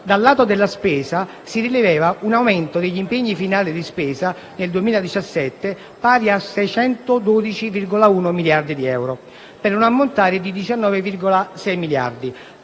Dal lato della spesa, si rileva un aumento degli impegni finali di spesa nel 2017 (pari a 612,1 miliardi di euro) per un ammontare di 19,6 miliardi: tale